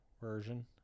version